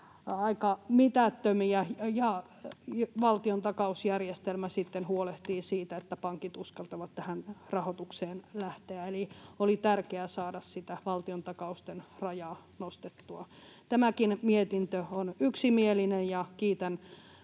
aika mitättömiä, ja valtiontakausjärjestelmä sitten huolehtii siitä, että pankit uskaltavat tähän rahoitukseen lähteä. Eli oli tärkeää saada sitä valtiontakausten rajaa nostettua. Tämäkin mietintö on yksimielinen, ja kiitän